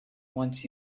wants